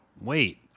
wait